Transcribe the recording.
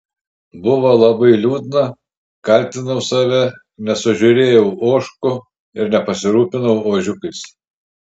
buvo labai liūdna kaltinau save nesužiūrėjau ožkų ir nepasirūpinau ožiukais